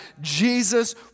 Jesus